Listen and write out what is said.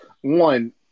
One